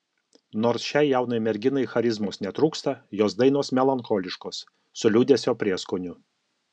nors šiai jaunai merginai charizmos netrūksta jos dainos melancholiškos su liūdesio prieskoniu